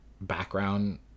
background